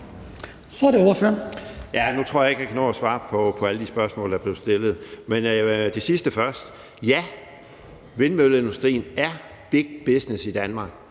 Henrik Frandsen (M): Nu tror jeg ikke, jeg kan nå at svare på alle de spørgsmål, der blev stillet, men jeg går til det sidste først. Ja, vindmølleindustrien er big business i Danmark,